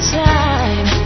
time